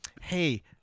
hey